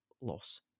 loss